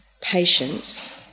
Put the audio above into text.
patience